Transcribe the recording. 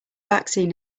vaccine